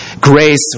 Grace